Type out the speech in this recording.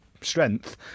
strength